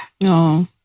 No